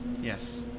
Yes